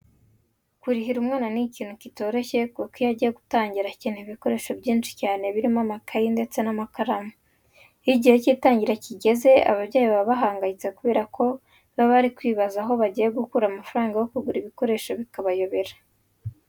Kurihira umwana ni ikintu kitoroshye kuko iyo agiye gutangira akenera ibikoresho byinshi cyane birimo amakayi ndetse n'amakaramu. Iyo igihe cy'itangira kigeze ababyeyi baba bahangayitse kubera ko baba bari kwibaza aho bagiye gukura amafaranga yo kugura ibikoresho bikabayobera.